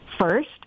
First